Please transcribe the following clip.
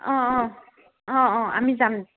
অঁ অঁ অঁ অঁ আমি যাম